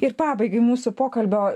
ir pabaigai mūsų pokalbio